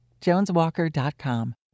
JonesWalker.com